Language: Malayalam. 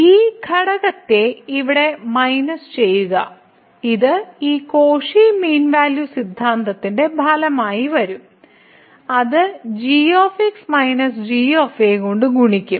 ഈ ഘടകത്തെ ഇവിടെ മൈനസ് ചെയ്യുക ഇത് ഈ കോഷി മീൻ വാല്യൂ സിദ്ധാന്തത്തിന്റെ ഫലമായി വരും അത് g g കൊണ്ട് ഗുണിക്കും